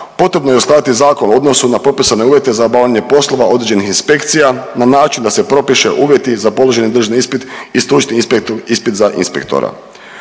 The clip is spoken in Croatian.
potrebno je osnovati zakon u odnosu na propisane uvjete za obavljanje poslova određenih inspekcija na način da se propiše uvjeti za položeni državni ispit i stručni ispit za inspektora.